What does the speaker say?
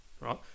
right